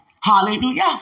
Hallelujah